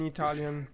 Italian